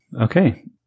Okay